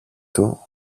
του